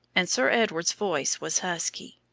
and sir edward's voice was husky.